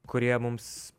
kurie mums